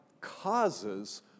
causes